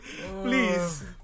Please